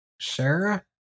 Sarah